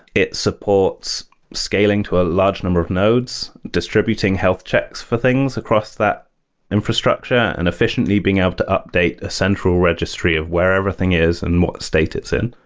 it supports scaling to a large number of nodes, distributing health checks for things across that infrastructure, and efficiently being able to update a central registry of where everything is and what state it's in.